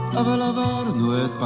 of and the